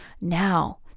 Now